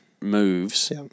moves